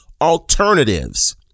alternatives